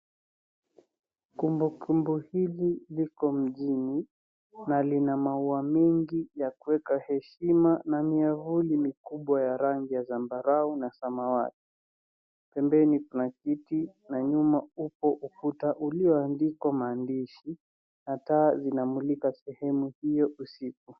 Kumbukumbu hili liko mjini na lina maua mingi ya kuweka heshima na miavuli mikubwa ya rangi ya zambarau na samawati, pembeni kuna kiti na nyuma upo ukuta ulioandikwa maandishi na taa zinamulika sehemu hio usiku.